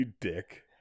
dick